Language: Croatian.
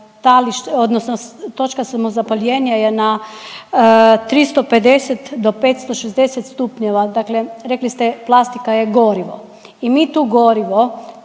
odnosno točka samozapaljenja je na 350 do 560 stupnjeva. Dakle, rekli ste plastika je gorivo i mi to gorivo